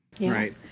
right